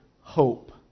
hope